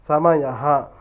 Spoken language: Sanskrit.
समयः